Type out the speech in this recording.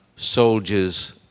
soldiers